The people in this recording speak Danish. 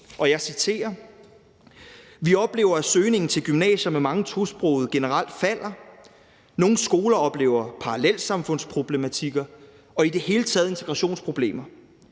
jeg citerer: »Ja, fordi søgningen til gymnasier med mange tosprogede generelt falder. Nogle skoler oplever parallelsamfundsproblematikker og i det hele